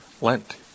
Lent